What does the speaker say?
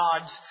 God's